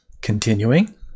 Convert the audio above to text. Continuing